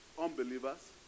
unbelievers